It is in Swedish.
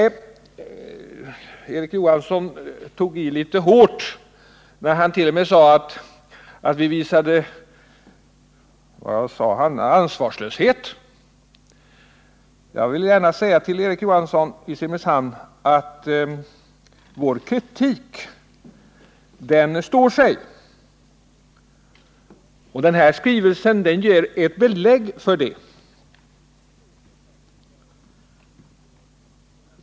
Nej, Erik Johansson i Simrishamn tog i litet väl hårt, när han påstod att vi moderater visade, jag tror han sade ansvarslöshet. Jag vill gärna säga till Erik Johansson att vår kritik står sig. Den här skrivelsen från länsarbetsnämnden i Stockholms län ger belägg för det.